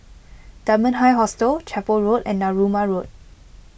Dunman High Hostel Chapel Road and Narooma Road